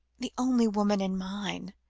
the only woman in mine?